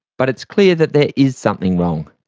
but it's clear that there is something wrong.